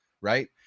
right